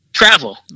Travel